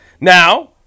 Now